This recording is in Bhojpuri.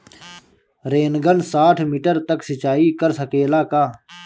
रेनगन साठ मिटर तक सिचाई कर सकेला का?